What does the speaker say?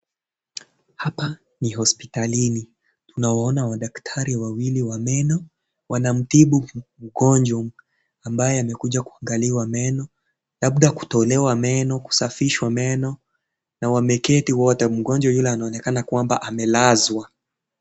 Hapa ni hospitalini tunawaona madaktari wawili wa meno wanamtibu mgonjwa ambaye amekuja kuangaliwa meno labda kutolewa meno kusafishwa meno na wameketi wote. Mgonjwa yule anaonekana kwamba amelazwa.